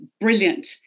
brilliant